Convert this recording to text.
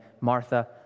Martha